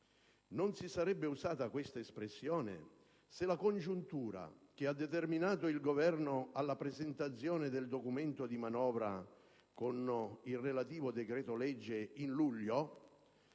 Non si sarebbe usata questa espressione se la congiuntura che ha determinato il Governo alla presentazione del documento di manovra, con il relativo decreto-legge, nel